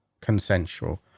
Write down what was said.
consensual